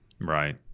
Right